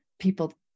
people